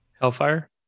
Hellfire